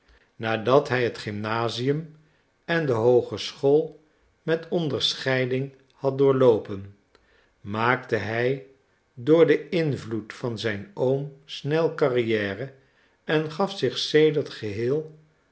nadat hij het gymnasium en de hoogeschool met onderscheiding had doorloopen maakte hij door den invloed van zijn oom snel carrière en gaf zich sedert geheel